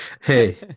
hey